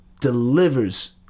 delivers